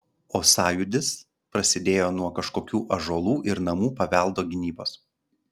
o sąjūdis prasidėjo nuo kažkokių ąžuolų ir namų paveldo gynybos